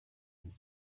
mais